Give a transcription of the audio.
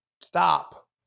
stop